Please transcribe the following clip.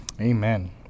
Amen